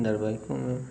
धरवाहिकों में